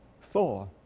Four